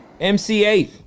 MC8